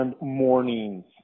mornings